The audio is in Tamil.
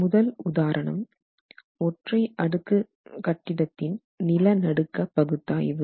முதல் உதாரணம் ஒற்றை அடுக்கு கட்டிடத்தின் நிலநடுக்க பகுத்தாய்வு